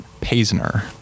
Paisner